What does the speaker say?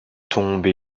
tombes